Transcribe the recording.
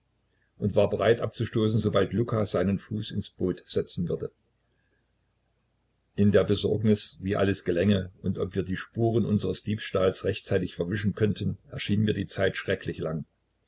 und war bereit abzustoßen sobald luka seinen fuß ins boot setzen würde in der besorgnis wie alles gelingen würde und ob wir die spuren unseres diebstahls rechtzeitig verwischen könnten erschien mir die zeit schrecklich lang